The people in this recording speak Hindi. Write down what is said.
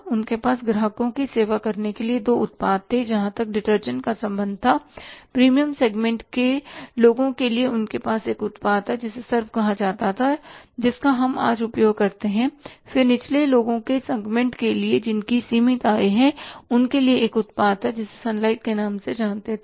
उनके पास ग्राहकों की सेवा करने के लिए दो उत्पाद थे जहां तक डिटर्जेंट का संबंध था प्रीमियम सेगमेंट के लोगों के लिए उनके पास एक उत्पाद था जिसे सर्फ कहा जाता था जिसका हम आज उपयोग करते हैं फिर निचले लोगों के सेगमेंट के लिए जिनकी सीमित आय है उनके लिए एक उत्पाद था जिसे सनलाइट के नाम से जानते थे